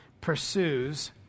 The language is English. pursues